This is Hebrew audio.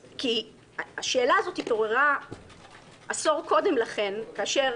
השאלה הזאת התעוררה עשור קודם לכן כאשר